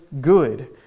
good